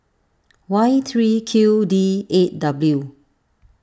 Y three Q D eight W